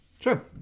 Sure